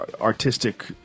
artistic